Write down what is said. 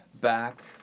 back